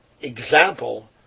example